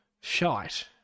shite